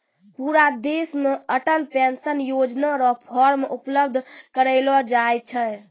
पूरा देश मे अटल पेंशन योजना र फॉर्म उपलब्ध करयलो जाय छै